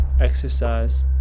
exercise